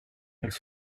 elles